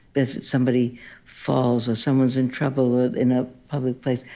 if somebody falls or someone's in trouble ah in a public place,